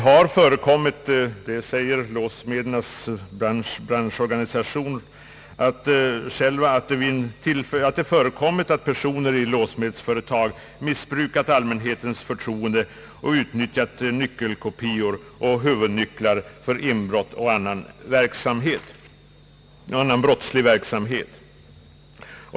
Låssmedernas =: branschorganisation säger att det har förekommit att personer i låssmedsföretag missbrukat allmänhetens förtroende och utnyttjat nyckelkopior och huvudnycklar för inbrott och annan brottslig verksamhet.